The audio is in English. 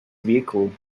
vehicle